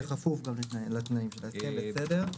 בסדר.